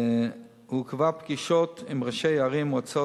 הוא קבע פגישות עם ראשי ערים ומועצות,